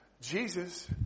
Jesus